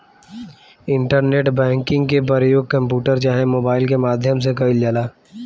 internet banking के परयोग computer चाहे मोबाइल के माध्यम से कईल जाला